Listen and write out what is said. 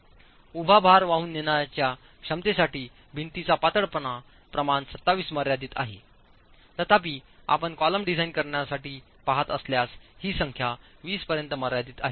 उभा भार वाहून नेण्याच्या क्षमतेसाठी भिंतीचा पातळपणा प्रमाण 27 पर्यंत मर्यादित आहेतथापि आपण कॉलम डिझाइन करण्याकडे पहात असल्यास ही संख्या20 पर्यंत मर्यादित आहे